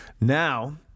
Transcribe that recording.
Now